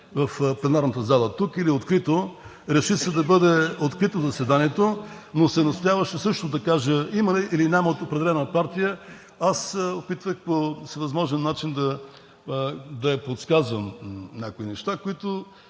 в пленарната залата тук или открито. Реши се да бъде открито заседанието, но се настояваше също да кажа има ли, или няма от определена партия. Аз се опитвах по възможен начин да подсказвам някои неща, които